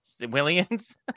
Williams